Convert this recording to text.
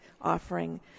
offering